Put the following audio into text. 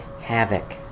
havoc